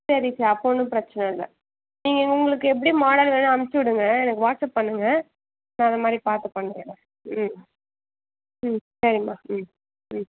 சரி சே அப்போ ஒன்றும் பிரச்சின இல்லை நீங்கள் உங்களுக்கு எப்படி மாடல் வேணும் அமிச்சி விடுங்க எனக்கு வாட்ஸ்அப் பண்ணுங்க நான் அதே மாதிரி பார்த்து பண்ணுறேன் ம் ம் சரிம்மா ம் ம்